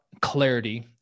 clarity